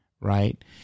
right